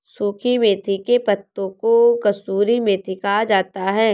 सुखी मेथी के पत्तों को कसूरी मेथी कहा जाता है